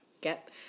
get